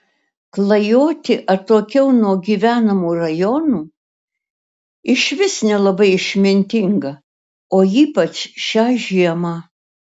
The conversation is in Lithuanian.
klajoti atokiau nuo gyvenamų rajonų išvis nelabai išmintinga o ypač šią žiemą